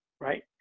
Right